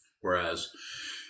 Whereas